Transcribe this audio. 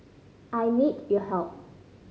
I need your help